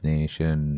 Nation